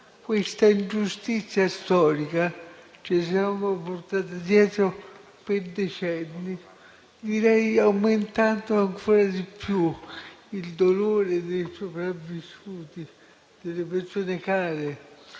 Questa ingiustizia storica ce la siamo portata dietro per decenni, aumentando ancora di più il dolore dei sopravvissuti, delle persone care,